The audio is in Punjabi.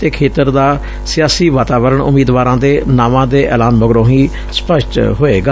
ਅਤੇ ਖੇਤਰ ਦਾ ਸਿਆਸੀ ਵਾਤਾਵਰਣ ਉਮੀਦਵਾਰਾਂ ਦੇ ਨਾਵਾਂ ਦੇ ਐਲਾਨ ਮਗਰੋਂ ਹੀ ਸਪਸ਼ਟ ਹੋਏਗਾ